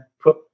put